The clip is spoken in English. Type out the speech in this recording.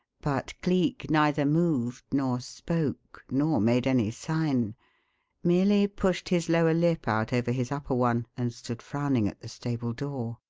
but cleek neither moved nor spoke nor made any sign merely pushed his lower lip out over his upper one and stood frowning at the stable door.